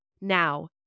Now